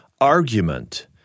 argument